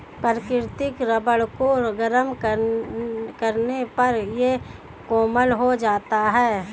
प्राकृतिक रबर को गरम करने पर यह कोमल हो जाता है